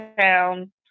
town